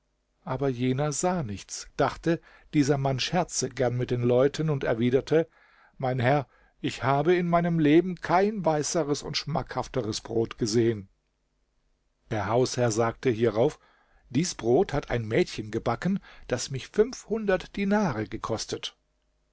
aber jener sah nichts dachte dieser mann scherze gern mit den leuten und erwiderte mein herr ich habe in meinem leben kein weißeres und schmackhafteres brot gesehen der hausherr sagte hierauf dies brot hat ein mädchen gebacken das mich dinare gekostet